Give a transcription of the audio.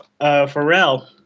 Pharrell